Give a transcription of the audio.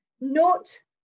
note